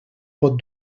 pot